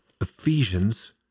Ephesians